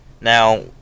Now